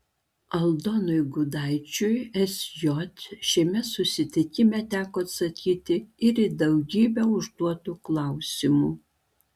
aldonui gudaičiui sj šiame susitikime teko atsakyti ir į daugybę užduotų klausimų